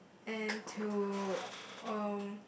and to um